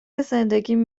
زندگیم